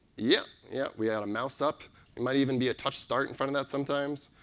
yeah. yeah. we had a mouse up. it might even be a touch start in front that sometimes.